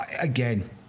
Again